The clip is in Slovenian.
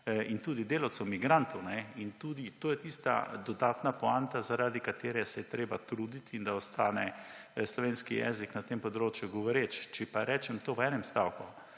in tudi delavcev migrantov in tudi, to je tista dodatna poanta, zaradi katere se je treba truditi in da ostane slovenski jezik na tem področju govoreč. Če pa rečem to v enem stavku: